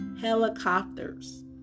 helicopters